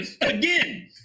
again